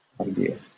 idea